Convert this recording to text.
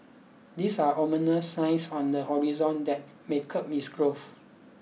these are ominous signs on the horizon that may curb its growth